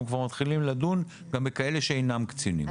כבר מתחילים לדון גם בכאלה שאינם קצינים.